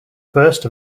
first